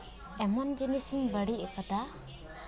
ᱮᱢᱚᱱ ᱡᱤᱱᱤᱥ ᱤᱧ ᱵᱟᱹᱲᱤᱡ ᱠᱟᱫᱟ